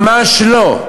ממש לא.